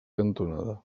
cantonada